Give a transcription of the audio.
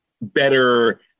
better